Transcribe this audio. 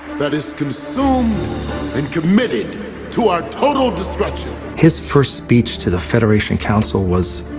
that is consumed and committed to our total destruction. his first speech to the federation council was,